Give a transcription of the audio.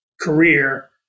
career